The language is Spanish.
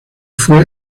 fue